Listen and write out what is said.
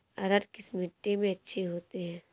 अरहर किस मिट्टी में अच्छी होती है?